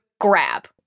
grab